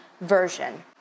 version